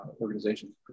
organizations